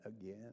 again